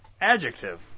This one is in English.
adjective